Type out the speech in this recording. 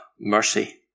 mercy